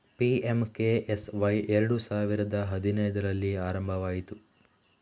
PMKSY ಎರಡು ಸಾವಿರದ ಹದಿನೈದರಲ್ಲಿ ಆರಂಭವಾಯಿತು